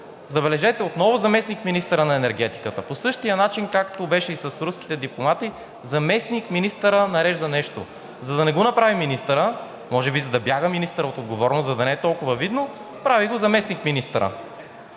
забележете, отново заместник-министърът на енергетиката по същия начин, както беше и с руските дипломати, заместник-министърът нарежда нещо, за да не го направи министърът – може би, за да бяга министърът от отговорност, за да не е толкова видно, прави го заместник-министърът